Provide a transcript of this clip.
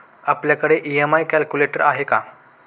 आपल्याकडे EMI calculator आहे का?